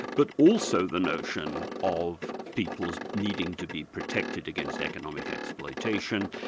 but also the notion of people's needing to be protected against economic exploitation,